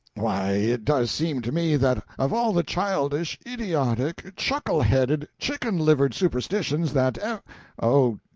why, it does seem to me that of all the childish, idiotic, chuckle-headed, chicken-livered superstitions that ev oh,